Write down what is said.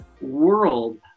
world